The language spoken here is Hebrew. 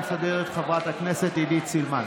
חברי חבר הכנסת גינזבורג,